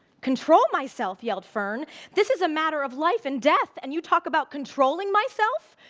control myself? yelled fern this is a matter of life and death, and you talk about controlling myself?